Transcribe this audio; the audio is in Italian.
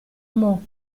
meaux